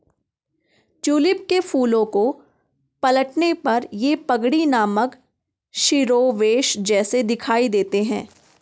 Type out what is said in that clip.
tulip के फूलों को पलटने पर ये पगड़ी नामक शिरोवेश जैसे दिखाई देते हैं